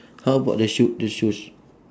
how about the shoe the shoes